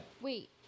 Wait